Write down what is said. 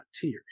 tears